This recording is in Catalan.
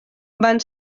van